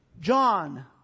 John